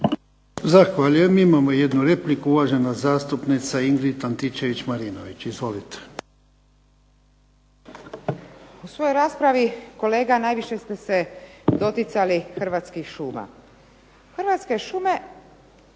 Zahvaljujem. Imamo jednu repliku. Uvažena zastupnica Ingrid Antičević-Marinović. Izvolite. **Antičević Marinović, Ingrid (SDP)** U svojoj raspravi kolega najviše ste se doticali Hrvatskih šuma. Hrvatske šume,